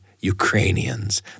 Ukrainians